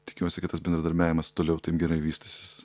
tikiuosi kad tas bendradarbiavimas toliau taip gerai vystysis